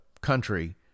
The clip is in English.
country